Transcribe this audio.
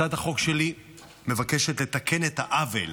הצעת החוק שלי מבקשת לתקן את העוול